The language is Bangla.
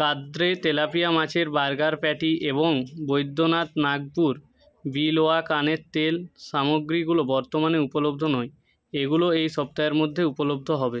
গাদ্রে তেলাপিয়া মাছের বার্গার প্যাটি এবং বৈদ্যনাথ নাগপুর বিলওয়া কানের তেল সামগ্রীগুলো বর্তমানে উপলব্ধ নয় এগুলো এই সপ্তাহের মধ্যে উপলব্ধ হবে